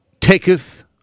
taketh